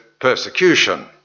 persecution